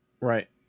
Right